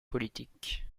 politique